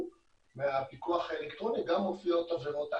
מהפיקוח האלקטרוני גם מופיעות עבירות אלמ"ב.